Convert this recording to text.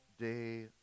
day